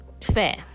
fair